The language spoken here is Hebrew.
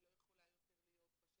היא לא יכולה יותר להיות בשמש,